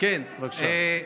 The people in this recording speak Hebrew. בבקשה.